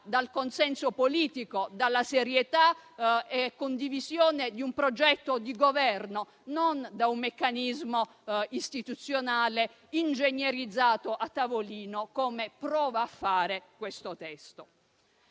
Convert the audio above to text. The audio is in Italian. dal consenso politico, dalla serietà e condivisione di un progetto di Governo, non da un meccanismo istituzionale ingegnerizzato a tavolino, come prova a fare questo testo.